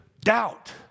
doubt